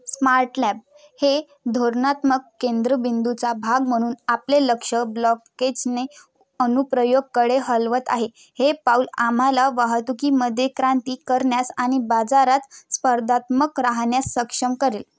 smart lab हे धोरणात्मक केंद्रबिंदूचा भाग म्हणून आपले लक्ष ब्लॉकेजने अनुप्रयोगाकडे हलवत आहे हे पाऊल आम्हाला वाहतुकीमध्ये क्रांती करण्यास आणि बाजारात स्पर्धात्मक राहण्यास सक्षम करेल